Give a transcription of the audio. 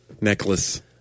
necklace